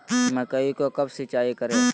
मकई को कब सिंचाई करे?